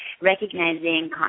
recognizing